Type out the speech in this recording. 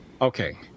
okay